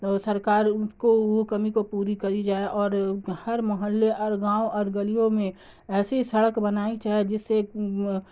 سرکار ان کو وہ کمی کو پوری کری جائے اور ہر محلے اور گاؤں اور گلیوں میں ایسی سڑک بنائی جائے جس سے